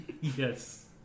yes